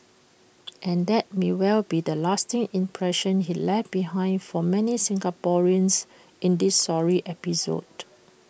and that may well be the lasting impression he left behind for many Singaporeans in this sorry episode